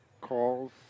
calls